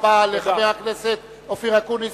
תודה רבה לחבר הכנסת אופיר אקוניס.